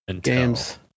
games